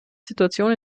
situation